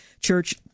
church